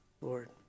Lord